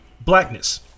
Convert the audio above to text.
Blackness